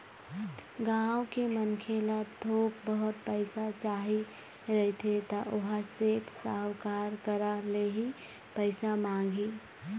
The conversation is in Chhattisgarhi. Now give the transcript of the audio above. गाँव के मनखे ल थोक बहुत पइसा चाही रहिथे त ओहा सेठ, साहूकार करा ले ही पइसा मांगही